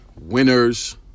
winners